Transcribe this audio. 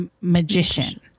magician